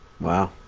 Wow